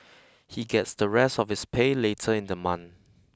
he gets the rest of his pay later in the month